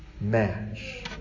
match